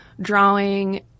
drawing